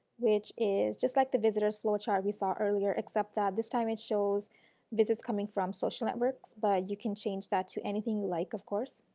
which is just like the visitors flow chart we saw earlier except that this time it shows visits coming from social networks, but you can change that to anything you like of course.